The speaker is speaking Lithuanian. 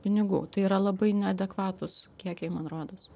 pinigų tai yra labai neadekvatūs kiekiai man rodos